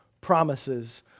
promises